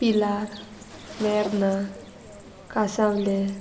पिलार Verna कांसावले